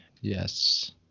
yes